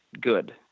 good